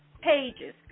pages